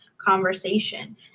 Conversation